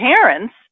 parents